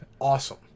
awesome